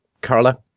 Carla